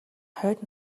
хойд